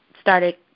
started